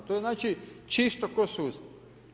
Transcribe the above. To je znači čisto ko suza.